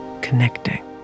connecting